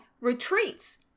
retreats